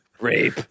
Rape